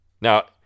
Now